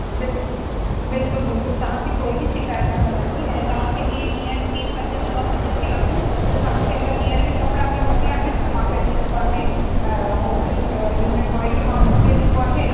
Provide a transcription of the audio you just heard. bill बिल्कुलु बिल्कुलु तव्हां खे कोई बि शिकायत न मिलंदी ऐं तव्हां खे जीअं हींअर बि पंज सवा पंज थिया आहिनि त तव्हां खे अगरि हींअर बि कपिड़ा अगरि मोकिलिणा आहिनि त मां पंहिंजो जेको आहे होटल यूनिट बॉय के मां मोकिले जेको आहे